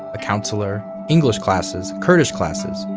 a counselor, english classes, kurdish classes.